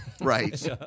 Right